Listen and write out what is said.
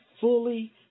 fully